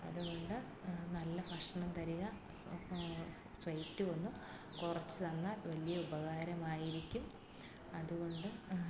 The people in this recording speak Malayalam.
അതുകൊണ്ട് നല്ല ഭക്ഷണം തരിക റേറ്റ് ഒന്ന് കുറച്ചുതന്നാൽ വലിയ ഉപകാരമായിരിക്കും അതുകൊണ്ട്